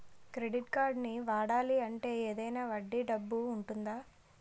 Credit కార్డ్ని వాడాలి అంటే ఏదైనా వడ్డీ డబ్బు ఉంటుందా?